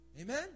Amen